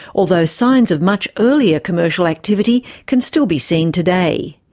although signs of much earlier commercial activity can still be seen today.